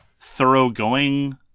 thoroughgoing